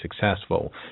successful